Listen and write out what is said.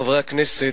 חברי הכנסת,